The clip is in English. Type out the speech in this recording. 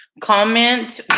comment